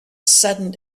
sudden